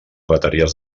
bateries